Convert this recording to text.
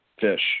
Fish